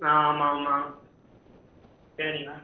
ஆ ஆமாம் ஆமாம் சரிங்க